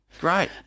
Great